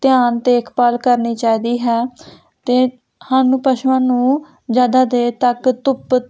ਧਿਆਨ ਦੇਖ ਭਾਲ ਕਰਨੀ ਚਾਹੀਦੀ ਹੈ ਅਤੇ ਸਾਨੂੰ ਪਸ਼ੂਆਂ ਨੂੰ ਜ਼ਿਆਦਾ ਦੇਰ ਤੱਕ ਧੁੱਪ